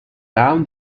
down